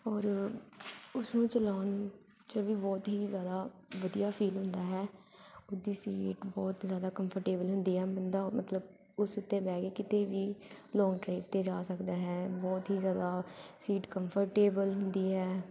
ਔਰ ਉਸਨੂੰ ਚਲਾਉਣ 'ਚ ਵੀ ਬਹੁਤ ਹੀ ਜ਼ਿਆਦਾ ਵਧੀਆ ਫੀਲ ਹੁੰਦਾ ਹੈ ਉਹਦੀ ਸੀਟ ਬਹੁਤ ਜ਼ਿਆਦਾ ਕੰਫਰਟੇਬਲ ਹੁੰਦੀ ਆ ਬੰਦਾ ਮਤਲਬ ਉਸ ਉੱਤੇ ਬਹਿ ਕੇ ਕਿਤੇ ਵੀ ਲੋਂਗ ਡਰਾਈਵ 'ਤੇ ਜਾ ਸਕਦਾ ਹੈ ਬਹੁਤ ਹੀ ਜ਼ਿਆਦਾ ਸੀਟ ਕੰਫਰਟੇਬਲ ਹੁੰਦੀ ਹੈ